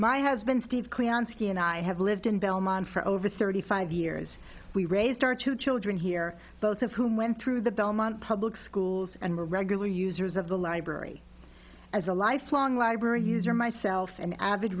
my husband steve clancy and i have lived in belmont for over thirty five years we raised our two children here both of whom went through the belmont public schools and were regular users of the library as a lifelong library user myself an avid